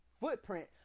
footprint